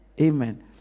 Amen